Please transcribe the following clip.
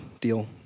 deal